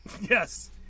Yes